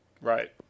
Right